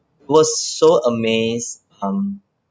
was so amazed um